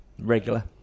regular